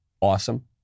awesome